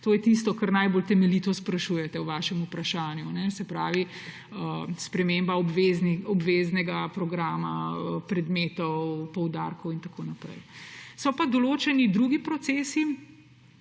To je tisto, kar najbolj temeljito sprašujete v vašem vprašanju, se pravi sprememba obveznega programa predmetov, poudarkov in tako naprej. So pa določeni drugi procesi,